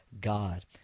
God